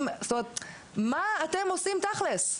זאת אומרת, מה אתם עושים תכלס?